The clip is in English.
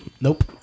Nope